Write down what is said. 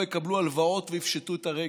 לא יקבלו הלוואות ויפשטו את הרגל.